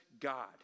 God